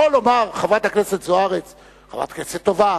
יכול לומר: חברת הכנסת זוארץ חברת כנסת טובה,